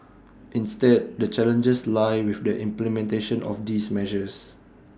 instead the challenges lie with the implementation of these measures